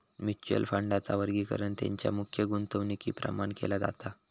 mutual फंडांचा वर्गीकरण तेंच्या मुख्य गुंतवणुकीप्रमाण केला जाता